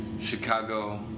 Chicago